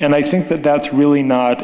and i think that that's really not